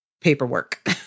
paperwork